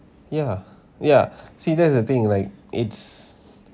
ya ya see that's the thing like it's